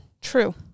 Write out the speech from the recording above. True